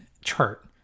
chart